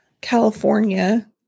California